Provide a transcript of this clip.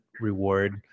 reward